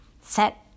Set